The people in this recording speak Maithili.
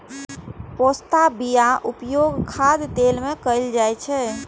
पोस्ताक बियाक उपयोग खाद्य तेल मे कैल जाइ छै